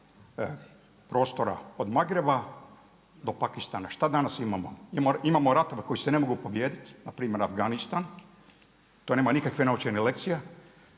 onoga od Magreba do Pakistana. Šta danas imamo? Imamo ratove koji se ne mogu pobijediti, npr. Afganistan to nema nikakve naučene lekcije,